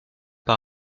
par